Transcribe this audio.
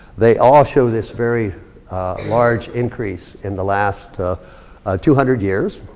they all show this very large increase in the last two hundred years.